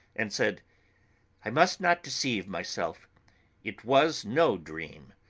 and said i must not deceive myself it was no dream,